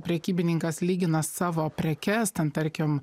prekybininkas lygina savo prekes ten tarkim